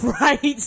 Right